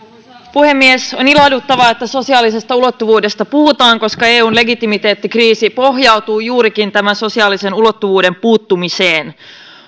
puhemies on ilahduttavaa että sosiaalisesta ulottuvuudesta puhutaan koska eun legitimiteettikriisi pohjautuu juurikin tämän sosiaalisen ulottuvuuden puuttumiseen